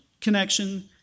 connection